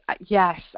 Yes